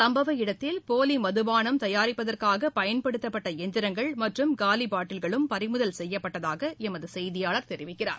சும்பவ இடத்தில் போலி மதுபானம் தயாரிப்பதற்காக பயன்படுத்தப்பட்ட எந்திரங்கள் மற்றும் காலி பாட்டில்களும் பறிமுதல் செய்யப்பட்டதாக எமது செய்தியாளர் தெரிவிக்கிறார்